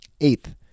Eighth